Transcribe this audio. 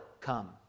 come